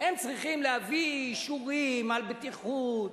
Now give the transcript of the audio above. הם צריכים להביא אישורים על בטיחות,